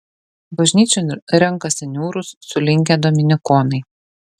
bažnyčion renkasi niūrūs sulinkę dominikonai